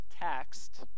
text